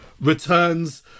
returns